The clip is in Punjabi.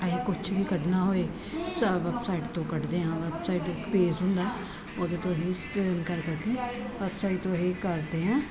ਚਾਹੇ ਕੁਛ ਵੀ ਕੱਢਣਾ ਹੋਏ ਸਭ ਵੈਬਸਾਈਟ ਤੋਂ ਕੱਢਦੇ ਹਾਂ ਵੈਬਸਾਈਟ ਇੱਕ ਪੇਜ ਹੁੰਦਾ ਉਹਦੇ ਤੋਂ ਕਰਦੇ ਹਾਂ